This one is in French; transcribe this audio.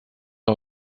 ont